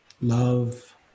love